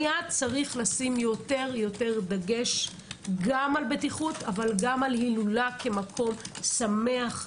היה צריך לשים יותר דגש גם על בטיחות אבל גם על הילולה כמקום שמח,